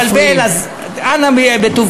אני יכול גם להתבלבל, אז אנא, בטובכם.